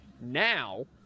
Now